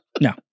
No